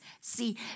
see